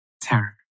Terror